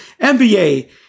NBA